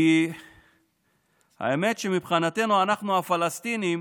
כי האמת שמבחינתנו, אנחנו הפלסטינים,